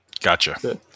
Gotcha